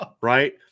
Right